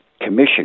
commission